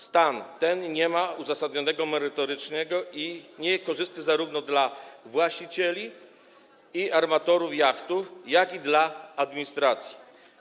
Stan ten nie ma uzasadnienia merytorycznego i jest niekorzystny zarówno dla właścicieli i armatorów jachtów, jak i dla administracji.